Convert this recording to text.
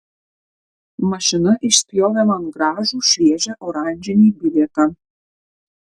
mašina išspjovė man gražų šviežią oranžinį bilietą